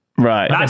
Right